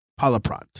Palaprat